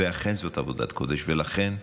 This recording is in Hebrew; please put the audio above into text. ואכן, זאת עבודת קודש, ולכן,